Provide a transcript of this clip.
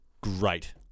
Great